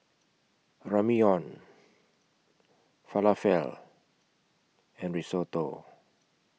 Ramyeon Falafel and Risotto